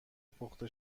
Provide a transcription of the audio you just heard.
پخته